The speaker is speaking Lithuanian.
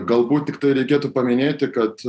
galbūt tiktai reikėtų paminėti kad